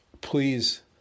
Please